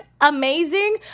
amazing